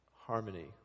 harmony